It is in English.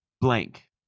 Blank